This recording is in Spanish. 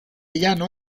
llano